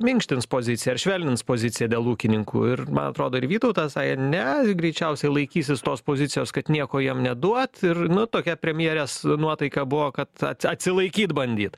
minkštins poziciją ar švelnins poziciją dėl ūkininkų ir man atrodo ir vytautas sakė ne greičiausiai laikysis tos pozicijos kad nieko jiem neduoti ir nu tokia premjerės nuotaika buvo kad at atsilaikyti bandyt